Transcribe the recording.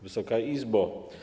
Wysoka Izbo!